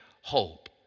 hope